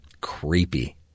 Creepy